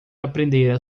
aprendera